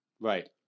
Right